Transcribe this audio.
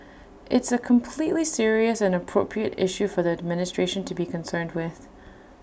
it's A completely serious and appropriate issue for the administration to be concerned with